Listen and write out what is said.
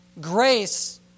grace